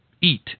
eat